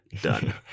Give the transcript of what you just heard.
done